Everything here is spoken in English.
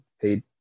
paid